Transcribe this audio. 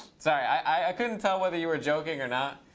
sorry. i couldn't tell whether you were joking or not.